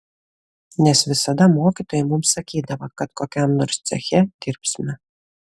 nes visada mokytojai mums sakydavo kad kokiam nors ceche dirbsime